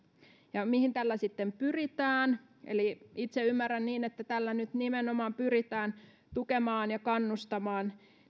mihin tällä sitten pyritään itse ymmärrän niin että tällä nyt nimenomaan pyritään tukemaan ja kannustamaan